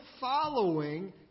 following